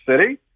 city